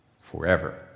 forever